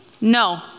No